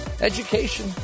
education